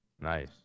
Nice